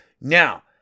now